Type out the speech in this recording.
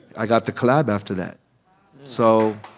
i got the collab after that so